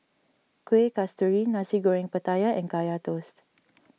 Kueh Kasturi Nasi Goreng Pattaya and Kaya Toast